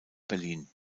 berlin